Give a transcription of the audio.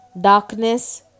darkness